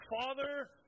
Father